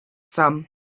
some